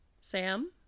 Sam